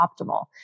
optimal